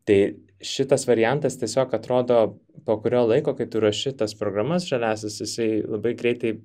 tai šitas variantas tiesiog atrodo po kurio laiko kai tu ruoši tas programas žaliąsias jisai labai greitai